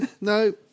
no